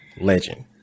Legend